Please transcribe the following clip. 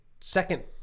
second